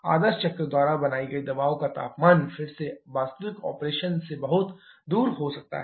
आदर्श चक्र द्वारा बनाई गई दबाव का तापमान फिर से वास्तविक ऑपरेशन से बहुत दूर हो सकता है